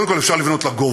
קודם כול, אפשר לבנות לגובה.